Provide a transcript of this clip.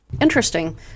Interesting